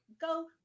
go